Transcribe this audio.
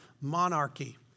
monarchy